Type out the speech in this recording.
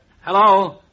Hello